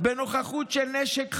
בנוכחות של נשק חם.